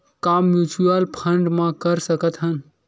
का mutual fund म कर सकत हन?